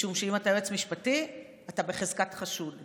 משום שאם אתה יועץ משפטי, אתה בחזקת חשוד.